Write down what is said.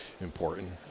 important